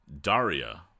Daria